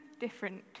different